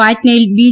പാറ്റ്നയിൽ B